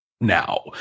now